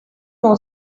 know